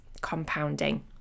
compounding